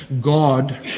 God